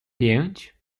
pięć